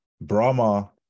brahma